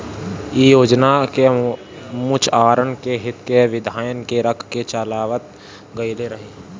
इ योजना के मछुआरन के हित के धियान में रख के चलावल गईल रहे